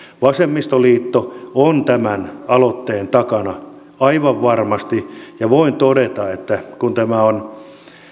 vasemmistoliitto on tämän aloitteen takana aivan varmasti ja voin todeta että kun tämä on